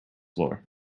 floor